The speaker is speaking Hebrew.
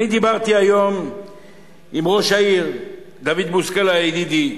אני דיברתי היום עם ראש העיר, דוד בוסקילה ידידי,